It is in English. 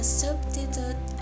substitute